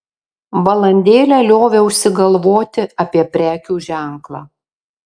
valandėlę lioviausi galvoti apie prekių ženklą